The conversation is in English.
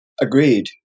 Agreed